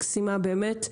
מקסימה באמת,